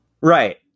right